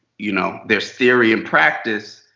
you know there's theory and practice.